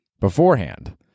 beforehand